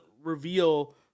reveal